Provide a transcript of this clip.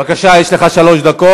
תצא החוצה,